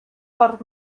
per